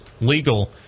legal